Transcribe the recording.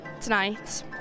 tonight